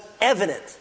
evident